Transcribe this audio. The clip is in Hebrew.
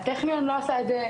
הטכניון לא עשה את זה.